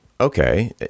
okay